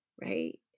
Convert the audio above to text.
right